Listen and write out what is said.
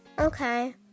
Okay